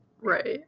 Right